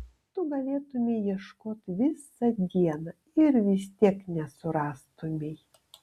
tu galėtumei ieškot visą dieną ir vis tiek nesurastumei